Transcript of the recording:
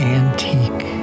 antique